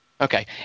Okay